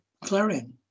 Clarion